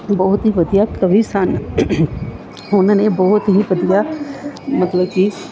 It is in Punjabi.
ਬਹੁਤ ਹੀ ਵਧੀਆ ਕਵੀ ਸਨ ਉਹਨਾਂ ਨੇ ਬਹੁਤ ਹੀ ਵਧੀਆ ਮਤਲਬ ਕਿ